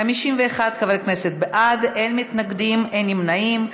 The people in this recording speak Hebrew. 51 חברי כנסת בעד, אין מתנגדים, אין נמנעים.